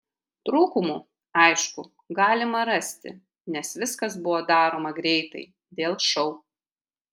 trūkumų aišku galima rasti nes viskas buvo daroma greitai dėl šou